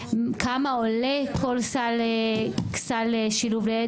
כמה עולה כל סל שילוב לילד.